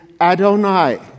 Adonai